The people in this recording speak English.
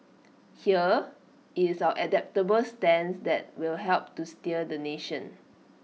here it's our adaptable stance that will help to steer the nation